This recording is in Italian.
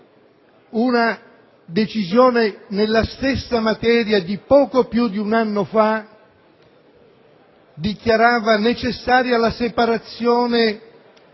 una decisione nella stessa materia di poco più di un anno prima, dichiarava la necessità della separazione